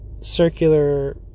circular